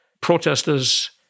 protesters